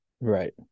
right